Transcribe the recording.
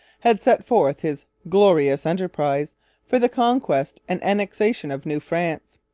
had set forth his glorious enterprize for the conquest and annexation of new france.